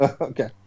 Okay